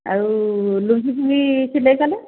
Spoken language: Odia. ଆଉ ଲୁଙ୍ଗୀ ଫୁଙ୍ଗୀ ସିଲେଇ କଲେ